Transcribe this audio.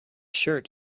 shirt